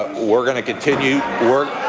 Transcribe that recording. we're going to continue